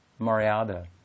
mariada